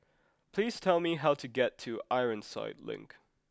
please tell me how to get to Ironside Link